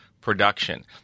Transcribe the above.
production